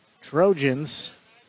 Trojans